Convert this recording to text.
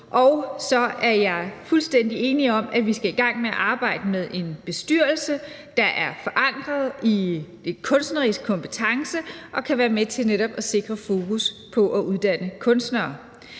Og så er jeg fuldstændig enig i, at vi skal i gang med at arbejde med en bestyrelse, der er forankret i kunstnerisk kompetence, og som kan være med til netop at sikre fokus på at uddanne kunstnere.